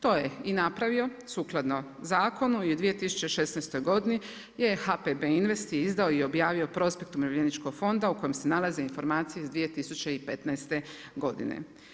To je i napravio sukladno zakonu i u 2016. godini je HPB Invest je izdao i objavio prospekt Umirovljeničkog fonda u kojem se nalaze informacije iz 2015. godine.